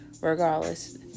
Regardless